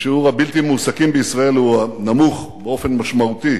ושיעור הבלתי מועסקים בישראל הוא נמוך באופן משמעותי